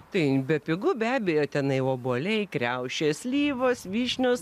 tai bepigu be abejo tenai obuoliai kriaušės slyvos vyšnios